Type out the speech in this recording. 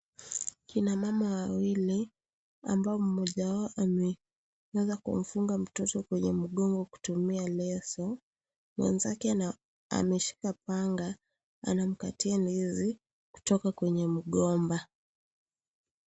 Akina mama wawili ambao mmoja wao ameweza kumfunga mtoto kwenye mgongo kutumia leso. Mwenzake ameshika panga, anamkatia ndizi kutoka kwenye mgomba.